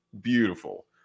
Beautiful